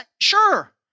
sure